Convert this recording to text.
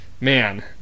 Man